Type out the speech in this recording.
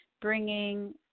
bringing